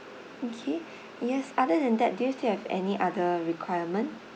okay yes other than that do you still have any other requirement